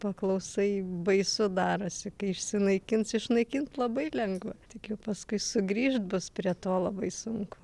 paklausai baisu darosi kai išsinaikins išnaikint labai lengva tik jau paskui sugrįžt bus prie to labai sunku